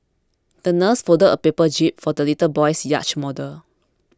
the nurse folded a paper jib for the little boy's yacht model